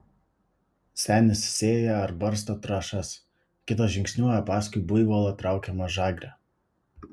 senis sėja ar barsto trąšas kitas žingsniuoja paskui buivolo traukiamą žagrę